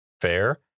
fair